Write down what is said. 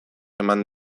eman